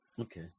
Okay